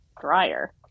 dryer